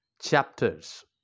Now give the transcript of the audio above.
chapters